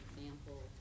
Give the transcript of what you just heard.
example